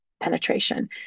penetration